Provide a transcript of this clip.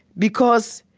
because,